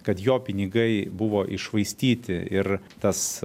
kad jo pinigai buvo iššvaistyti ir tas